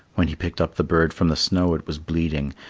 when he picked up the bird from the snow it was bleeding,